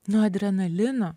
nu adrenalino